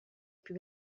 più